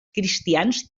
cristians